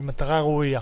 המטרה היא ראויה.